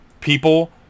people